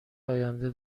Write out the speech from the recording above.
آینده